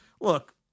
look